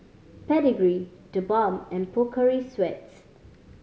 Pedigree TheBalm and Pocari Sweat